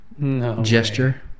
gesture